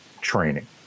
training